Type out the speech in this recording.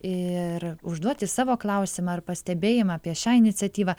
ir užduoti savo klausimą ar pastebėjimą apie šią iniciatyvą